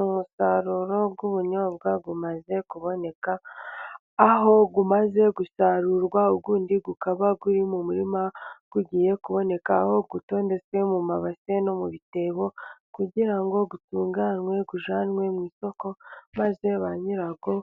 Umusaruro w'ubunyobwa umaze kuboneka, aho umaze gusarurwa uwundi ukaba uri mu murima ugiye kuboneka, aho utondetswe mu mabase no mu bitebo, kugira ngo utunganwe ujyanwe mu isoko maze ba nyirawo